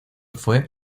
fue